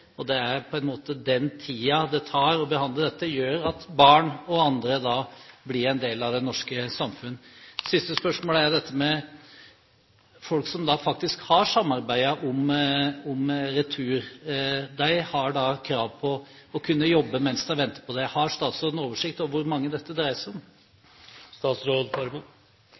og den tiden det tar å behandle dette, gjør at barn og andre blir en del av det norske samfunnet. Det siste spørsmålet gjelder folk som faktisk har samarbeidet om retur, og som da har krav på å jobbe mens de venter på det. Har statsråden oversikt over hvor mange dette dreier seg om?